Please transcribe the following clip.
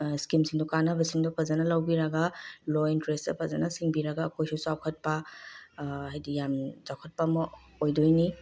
ꯁ꯭ꯀꯤꯝꯁꯤꯡꯗꯣ ꯀꯥꯅꯕꯁꯤꯡꯗꯣ ꯐꯖꯅ ꯂꯧꯕꯤꯔꯒ ꯂꯣ ꯏꯟꯇꯔꯦꯁꯇ ꯐꯖꯅ ꯁꯤꯡꯕꯤꯔꯒ ꯑꯩꯈꯣꯏꯁꯨ ꯆꯥꯎꯈꯠꯄ ꯍꯥꯏꯗꯤ ꯌꯥꯝ ꯆꯥꯎꯈꯠꯄ ꯑꯃ ꯑꯣꯏꯗꯣꯏꯅꯤ